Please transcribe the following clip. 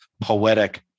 poetic